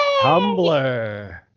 Tumblr